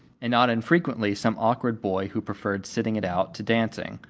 and not infrequently some awkward boy who preferred sitting it out to dancing.